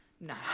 No